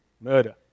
Murder